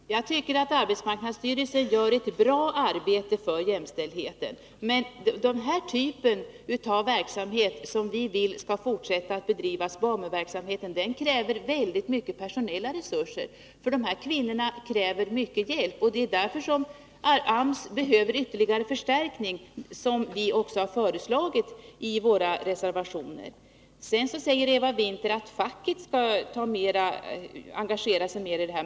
Herr talman! Jag tycker att arbetsmarknadsstyrelsen gör ett bra arbete för jämställdheten, men den typ av verksamhet som vi vill skall fortsätta att bedrivas, BAMU-verksamheten, kräver stora personella resurser. De kvinnor det gäller behöver mycken hjälp, och det är därför som arbetsmarknadsstyrelsen behöver ytterligare förstärkning, vilket vi också i våra reservationer har föreslagit att AMS skall få. Eva Winther säger att facket bör engagera sig mer.